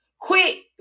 Quit